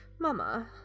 Mama